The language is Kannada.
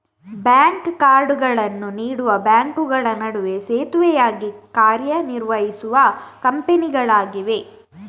ಬ್ಯಾಂಕ್ ಕಾರ್ಡುಗಳನ್ನು ನೀಡುವ ಬ್ಯಾಂಕುಗಳ ನಡುವೆ ಸೇತುವೆಯಾಗಿ ಕಾರ್ಯ ನಿರ್ವಹಿಸುವ ಕಂಪನಿಗಳಾಗಿವೆ